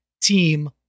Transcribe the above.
team